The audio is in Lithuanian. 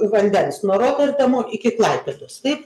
vandens nuo roterdamo iki klaipėdos taip